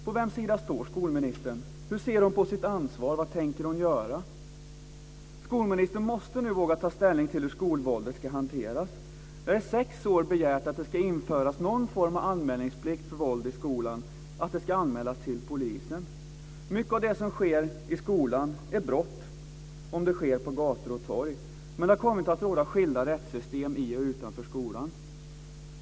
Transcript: På vems sida står skolministern? Hur ser hon på sitt ansvar? Vad tänker hon göra? Skolministern måste nu våga ta ställning till hur skolvåldet ska hanteras. Jag har i sex år begärt att det ska införas någon form av anmälningsplikt för våld i skolan, att det ska anmälas till polisen. Mycket av det som sker i skolan är brott om det sker på gator och torg. Men det har kommit att råda skilda rättssystem i och utanför skolan.